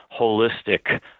holistic